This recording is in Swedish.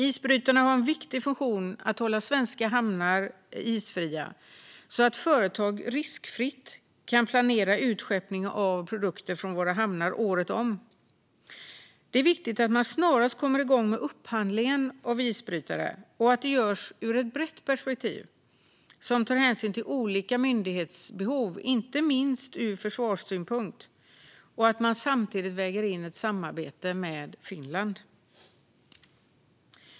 Isbrytarna har en viktig funktion för att hålla svenska hamnar isfria så att företag riskfritt kan planera utskeppning av produkter via våra hamnar året om. Det är viktigt att man snarast kommer igång med upphandlingen av isbrytare och att det görs ur ett brett perspektiv som tar hänsyn till olika myndighetsbehov - det måste inte minst ses ur försvarssynpunkt - och att man samtidigt väger in ett samarbete med Finland.